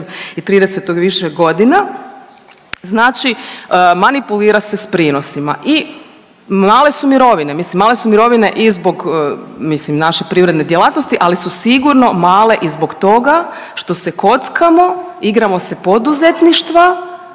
i 30. više godina, znači manipulira se s prinosima i male su mirovine, mislim male su mirovine i zbog mislim naše privredne djelatnosti, ali su sigurno male i zbog toga što se kockamo, igramo se poduzetništva